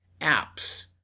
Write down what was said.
apps